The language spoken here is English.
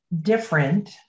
different